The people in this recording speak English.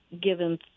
given